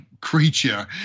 creature